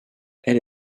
elle